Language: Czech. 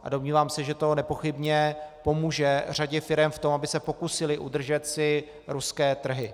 A domnívám se, že to nepochybně pomůže řadě firem v tom, aby se pokusily udržet si ruské trhy.